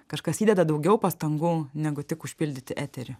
kažkas įdeda daugiau pastangų negu tik užpildyti eterį